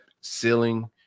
ceiling